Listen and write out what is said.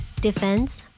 Defense